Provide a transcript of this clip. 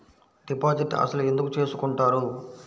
Deposit అసలు ఎందుకు చేసుకుంటారు?